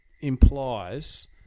implies